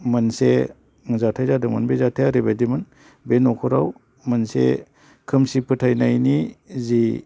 मोनसे जाथाय जादोंमोन बे जाथाया ओरैबायदिमोन बे न'खराव मोनसे खोमसि फोथायनायनि जि